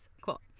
Cool